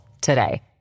today